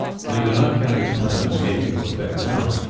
but he could not carry his plan of escape into effect now,